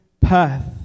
path